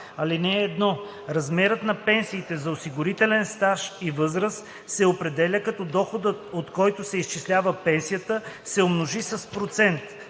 така: „(1) Размерът на пенсията за осигурителен стаж и възраст се определя, като доходът, от който се изчислява пенсията, се умножи с процент: